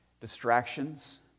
distractions